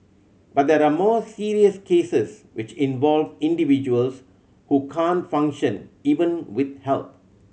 but there are more serious cases which involve individuals who can't function even with help